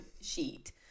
sheet